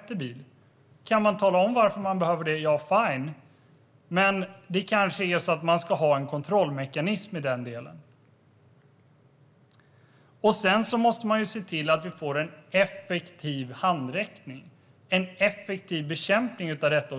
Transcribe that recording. till fem bilar? Om man kan tala om varför man behöver det så "fine". Men det kanske ska finnas en kontrollmekanism. Sedan måste regeringen se till att vi får en effektiv handräckning, en effektiv bekämpning av detta.